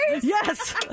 Yes